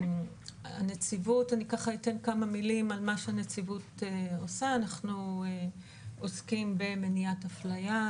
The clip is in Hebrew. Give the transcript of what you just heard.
אני אתן כמה מילים על מה שהנציבות עושה אנחנו עוסקים במניעת אפליה,